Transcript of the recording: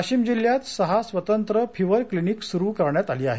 वाशिम जिल्ह्यात सहा स्वतंत्र फिव्हर क्लिनिक सुरु करण्यात आली आहेत